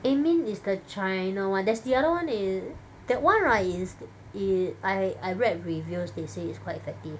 Aimin is the China one there's the other one is that [one] right is it I I read reviews they say it's quite effective